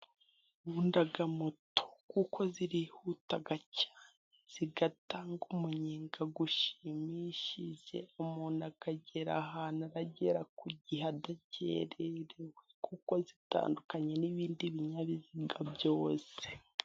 Nkunda moto kuko zirihuta cyane zigatanga umunyenga ushimishije, umuntu akagera ahantu aragera ku gihe adakerewe kuko zitandukanye n'ibindi binyabiziga byose.